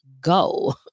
go